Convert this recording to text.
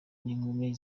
n’inkumi